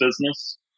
business